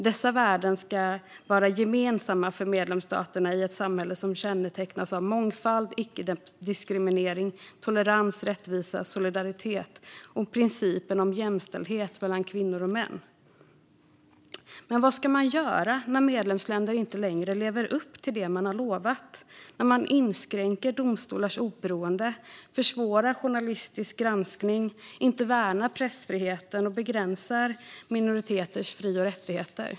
Dessa värden ska vara gemensamma för medlemsstaterna i ett samhälle som kännetecknas av mångfald, icke-diskriminering, tolerans, rättvisa, solidaritet och principen om jämställdhet mellan kvinnor och män." Vad ska man då göra när medlemsländer inte längre lever upp till det de har lovat - när de inskränker domstolars oberoende, försvårar journalistisk granskning, inte värnar pressfriheten och begränsar minoriteters fri och rättigheter?